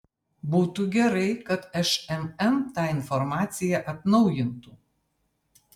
būtų gerai kad šmm tą informaciją atnaujintų